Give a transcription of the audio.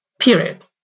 Period